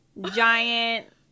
giant